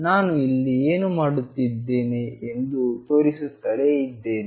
ನಾನು ಇಲ್ಲಿ ಏನು ಮಾಡುತ್ತಿದ್ದೇನೆ ಎಂದು ತೋರಿಸುತ್ತಲೇ ಇರುತ್ತೇನೆ